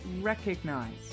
recognize